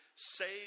Save